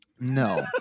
No